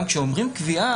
גם כאשר אומרים קביעה,